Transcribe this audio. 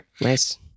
Nice